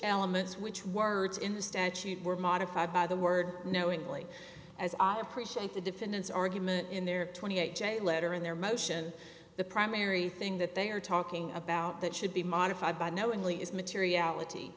elements which words in the statute were modified by the word knowingly as i appreciate the defendant's argument in their twenty eight day letter in their motion the primary thing that they are talking about that should be modified by knowingly is materiality